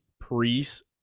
Priest